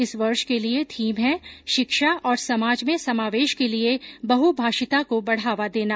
इस वर्ष के लिए थीम है शिक्षा और समाज में समावेश के लिए बहुभाषिता को बढ़ावा देना